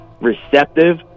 receptive